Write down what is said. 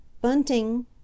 Bunting